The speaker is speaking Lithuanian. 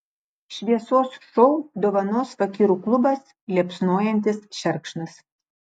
šviesos šou dovanos fakyrų klubas liepsnojantis šerkšnas